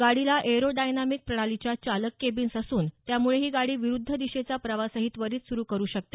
गाडीला aerodynamic प्रणालीच्या चालक केबिन्स असून त्यामुळे ही गाडी विरुध्द दिशेचा प्रवासही त्वरीत सुरु करु शकते